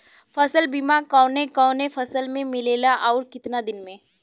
फ़सल बीमा कवने कवने फसल में मिलेला अउर कितना दिन में?